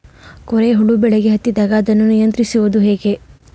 ಕೋರೆ ಹುಳು ಬೆಳೆಗೆ ಹತ್ತಿದಾಗ ಅದನ್ನು ನಿಯಂತ್ರಿಸುವುದು ಹೇಗೆ?